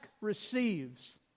receives